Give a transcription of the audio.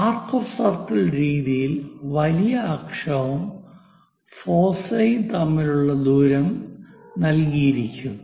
arc of circle രീതിയിൽ വലിയ അക്ഷവും ഫോസൈ തമ്മിലുള്ള ദൂരം നല്കിയിരിക്കും